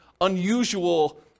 unusual